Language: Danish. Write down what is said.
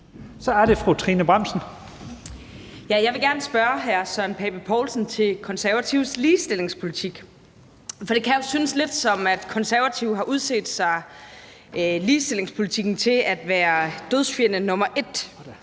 Kl. 17:02 Trine Bramsen (S): Jeg vil gerne spørge hr. Søren Pape Poulsen om Konservatives ligestillingspolitik. For det kan jo synes lidt, som om Konservative har udset sig ligestillingspolitikken til at være dødsfjende nummer et,